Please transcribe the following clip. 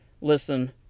listen